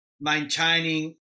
maintaining